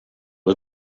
was